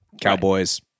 cowboys